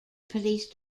police